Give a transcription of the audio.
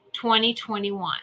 2021